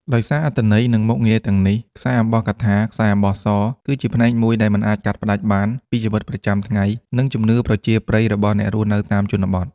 ដោយសារអត្ថន័យ និងមុខងារទាំងនេះ ខ្សែអំបោះកថា ខ្សែអំបោះស គឺជាផ្នែកមួយដែលមិនអាចកាត់ផ្ដាច់បានពីជីវិតប្រចាំថ្ងៃ និងជំនឿប្រជាប្រិយរបស់អ្នករស់នៅតាមជនបទ។